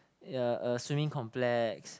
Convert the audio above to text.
ya uh swimming complex